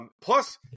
plus